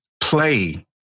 play